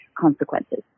consequences